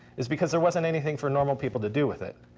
is because there wasn't anything for normal people to do with it.